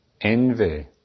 envy